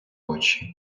очи